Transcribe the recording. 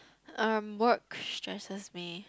um work stresses me